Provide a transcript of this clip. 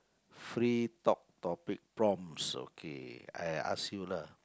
free talk topic prompts okay I ask you lah